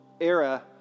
era